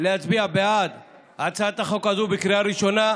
להצביע בעד הצעת החוק הזה בקריאה ראשונה.